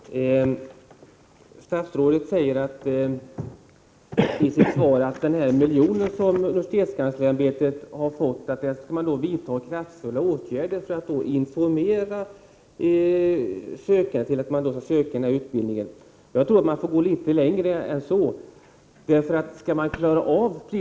Herr talman! Statsrådet säger i sitt svar att den här miljonen som universitetsoch högskoleämbetet har fått skall användas till kraftfulla åtgärder för att informera sökande till lärarutbildningen. Jag tror att man får gå litet längre än så.